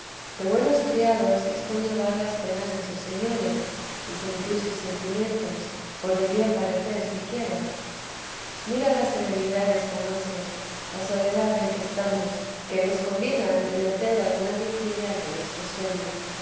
de buenos criados es conllevar las penas de sus señores y sentir sus sentimientos por el bien parecer siquiera mira la serenidad desta noche la soledad en que estamos que nos convida a entremeter alguna vigilia entre nuestro sueño